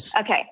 Okay